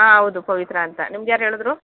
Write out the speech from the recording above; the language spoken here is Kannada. ಹಾಂ ಹೌದು ಪವಿತ್ರ ಅಂತ ನಿಮ್ಗೆ ಯಾರು ಹೇಳಿದ್ರು